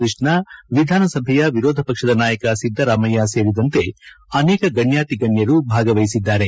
ಕೃಷ್ಣ ವಿಧಾನಸಭೆ ವಿರೋಧ ಪಕ್ಷದ ನಾಯಕ ಸಿದ್ದರಾಮಯ್ತ ಸೇರಿದಂತೆ ಅನೇಕ ಗಣ್ಯಾಕಿಗಣ್ಣರು ಭಾಗವಹಿಸಿದ್ದಾರೆ